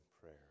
prayer